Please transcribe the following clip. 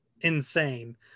insane